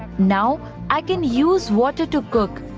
now i can use water to cook,